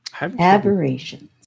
Aberrations